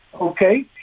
Okay